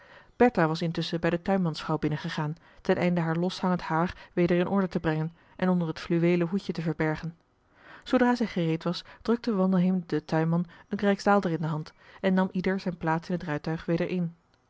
was intusschen bij de tuinmansvrouw binnengegaan ten einde haar loshangend haar weder in orde te brengen en onder het fluweelen hoedje te verbergen zoodra zij gereed was drukte wandelheem den tuinman een rijksdaalder in de hand en nam ieder zijn plaats in het rijtuig weder